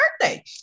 birthday